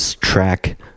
track